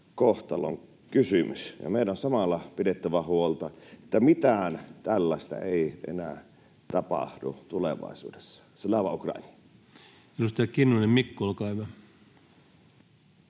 kohtalonkysymys. Ja meidän on samalla pidettävä huolta, että mitään tällaista ei enää tapahdu tulevaisuudessa. — Slava Ukraini! [Speech 81] Speaker: Ensimmäinen